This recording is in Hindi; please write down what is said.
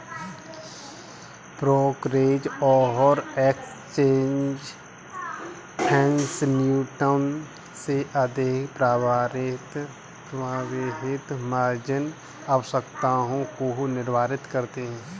ब्रोकरेज और एक्सचेंज फेडन्यूनतम से अधिक प्रारंभिक मार्जिन आवश्यकताओं को निर्धारित करते हैं